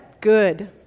good